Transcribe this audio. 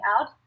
out